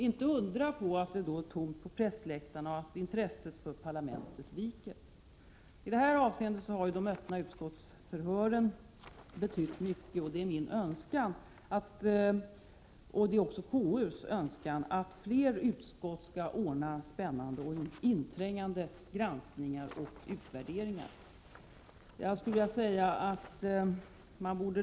Inte undra på att det är tomt på pressläktarna och att intresset för parlamentet viker! I detta avseende har de öppna utskottsförhören betytt mycket. Det är min önskan och konstitutionsutskottets att fler utskott skall ordna spännande och inträngande granskningar och utvärderingar.